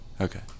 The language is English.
Okay